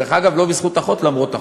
דרך אגב, לא בזכות החוק, למרות החוק.